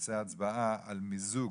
נעשה הצבעה על מיזוג.